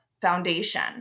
foundation